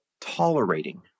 tolerating